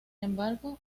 embargo